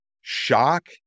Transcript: shock